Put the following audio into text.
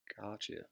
Gotcha